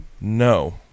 No